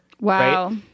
Wow